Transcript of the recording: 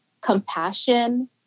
compassion